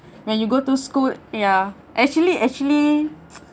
when you go to school ya actually actually